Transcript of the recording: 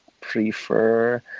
prefer